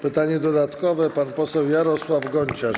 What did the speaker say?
Pytanie dodatkowe zada pan poseł Jarosław Gonciarz.